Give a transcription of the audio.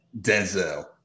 Denzel